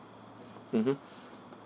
mmhmm